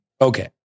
Okay